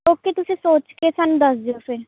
okay ਤੁਸੀਂ ਸੋਚ ਕੇ ਸਾਨੂੰ ਦੱਸ ਦਿਓ ਫਿਰ